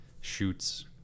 shoots